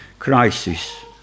crisis